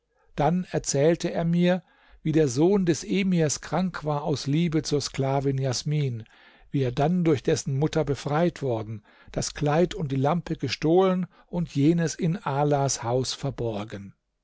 dann erzählte er mir wie der sohn des emirs krank war aus liebe zur sklavin jasmin wie er dann durch dessen mutter befreit worden das kleid und die lampe gestohlen und jenes in alas haus verborgen